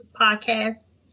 podcast